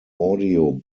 audio